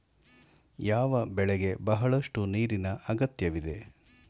ಯಾವ ಬೆಳೆಗೆ ಬಹಳಷ್ಟು ನೀರಿನ ಅಗತ್ಯವಿದೆ?